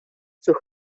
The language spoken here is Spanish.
sus